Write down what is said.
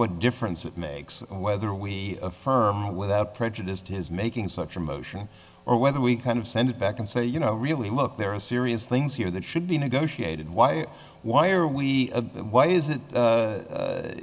what difference it makes whether we affirm without prejudice to his making such a motion or whether we kind of send it back and say you know really look there are serious things here that should be negotiated why why are we why is